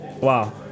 Wow